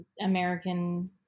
American